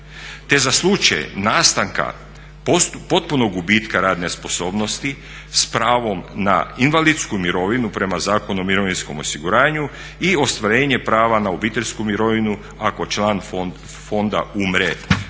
te za slučaj nastanka potpunog gubitka radne sposobnosti s pravom na invalidsku mirovinu prema Zakonu o mirovinskom osiguranju i ostvarenje prava na obiteljsku mirovinu ako član fonda umre